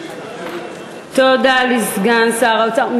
תודה לסגן שר האוצר.